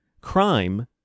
Crime